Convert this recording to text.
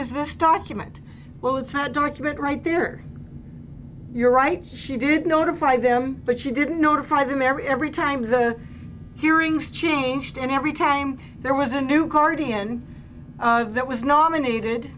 is this document well it's not a document right there you're right she did notify them but she didn't notify them every time the hearings changed and every time there was a new guardian that was nominated